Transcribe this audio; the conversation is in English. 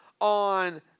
on